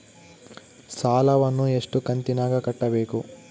ಸಾಲವನ್ನ ಎಷ್ಟು ಕಂತಿನಾಗ ಕಟ್ಟಬೇಕು?